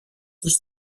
τους